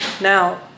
Now